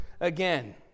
again